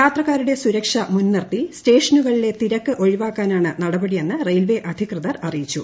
യാത്രക്കാരുടെ സുരക്ഷ മുൻനിർത്തി സ്റ്റേഷനുകളിലെ തിരക്ക് ഒഴിവാക്കാനാണ് നടപടിയെന്ന് റെയിൽവേ അധികൃതർ അറിയിച്ചു